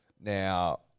Now